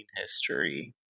history